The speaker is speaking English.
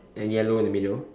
and yellow in the middle